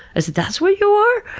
ah said, that's what you are?